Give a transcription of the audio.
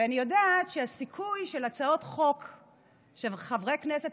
ואני יודעת שהסיכוי של הצעות חוק של חברי כנסת